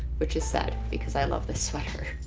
which is sad because i love this sweater.